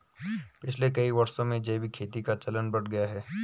पिछले कई वर्षों में जैविक खेती का चलन बढ़ गया है